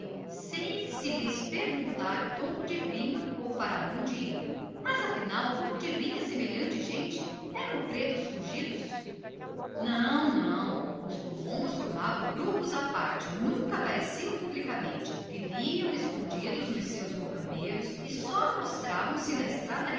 sem ninguém lhes perguntar donde vinham nem para onde iam são escravas fugidas indagou raimundo o cancela respondeu que não os mocambeiros formavam grupo à parte nunca apareciam publicamente viviam escondidos nos seus quilombos e só se mostravam na estrada